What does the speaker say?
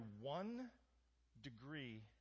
one-degree